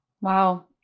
Wow